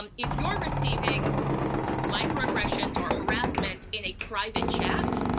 um if you're receiving microaggressions or harassment in a private chat,